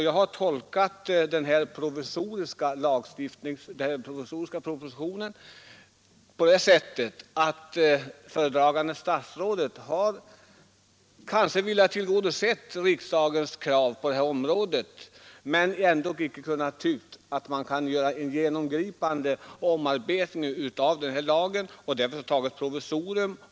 Jag har tolkat denna provisoriska proposition så att det föredragande statsrådet kanske har velat tillgodose riksdagens krav på detta område men ändå inte tyckt att man kan göra en genomgripande omarbetning av lagen.